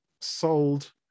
sold